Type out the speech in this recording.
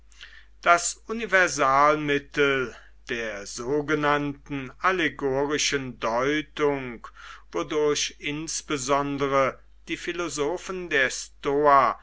das universalmittel der sogenannten allegorischen deutung wodurch insbesondere die philosophen der stoa